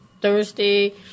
Thursday